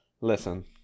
listen